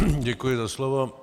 Děkuji za slovo.